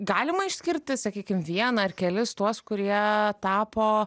galima išskirti sakykim vieną ar kelis tuos kurie tapo